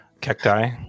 Cacti